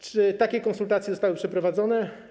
Czy takie konsultacje zostały przeprowadzone?